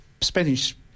Spanish